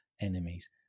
enemies